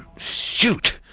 shoot!